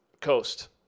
coast